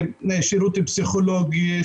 שירות פסיכולוגי,